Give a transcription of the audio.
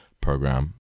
program